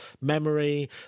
memory